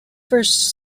first